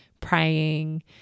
praying